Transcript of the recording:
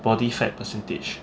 body fat percentage